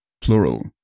Plural